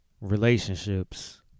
relationships